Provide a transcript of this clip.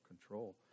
control